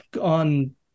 on